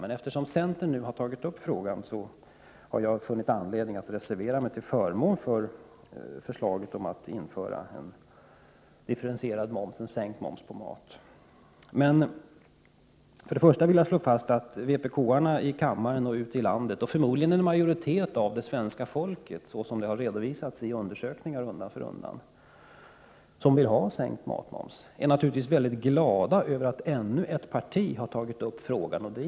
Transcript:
Men eftersom nu centern har tagit upp frågan, har jag funnit anledning att reservera mig till förmån för förslaget om ett införande av differentierad, sänkt, moms på maten. Först och främst vill jag slå fast att vpk-arna i riksdagen och även ute i landet — förmodligen vill också en majoritet av svenska folket, vilket framgår av olika undersökningar, ha en sänkning av matmomsen — naturligtvis är mycket glada över att ännu ett parti har börjat driva den här frågan. Det är — Prot.